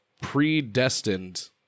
predestined